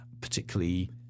particularly